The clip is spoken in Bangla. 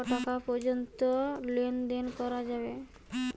কটা পর্যন্ত লেন দেন করা যাবে?